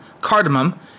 cardamom